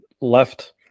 left